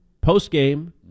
post-game